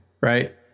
right